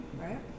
right